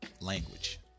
language